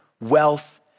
wealth